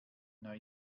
neu